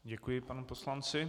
Děkuji panu poslanci.